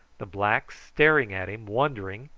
the blacks staring at him wondering,